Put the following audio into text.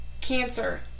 cancer